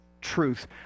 truth